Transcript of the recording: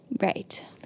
Right